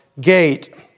gate